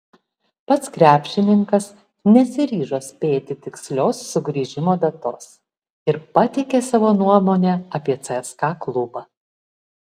pats krepšininkas nesiryžo spėti tikslios sugrįžimo datos ir pateikė savo nuomonę apie cska klubą